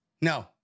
No